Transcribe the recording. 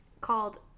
called